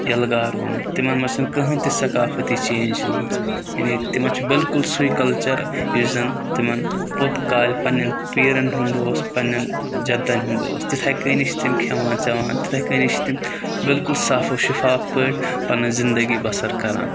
یلہٕ گار گوٚمُت تِمَن منٛز چھنہٕ کٕہٕنۍ تہِ سقافتی چینٛج گمٕژ یعنی تِمَن چھُ بالکُل سُے کَلچَر یُس زَن تِمن پوٚت کالہِ پنٛنٮ۪ن پیٖرَن ہُنٛد اوس پنٛنٮ۪ن جَدَن ہُنٛد اوس تِتھَے کٔنی چھِ تِم کھٮ۪وان چٮ۪وان تِتھَے کٔنی چھِ تِم بالکُل صاف او شِفاف پٲٹھۍ پَنٕنۍ زندگی بَسر کَران